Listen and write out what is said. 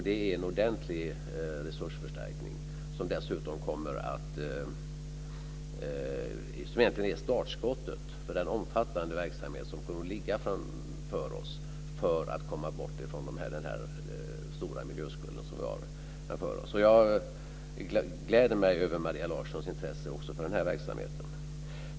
Det är en ordentlig resursförstärkning, som egentligen är startskottet för det omfattande arbete vi har framför oss med att komma bort från den stora miljöskuld vi har. Jag gläder mig över Maria Larssons intresse för den här verksamheten.